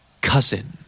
Cousin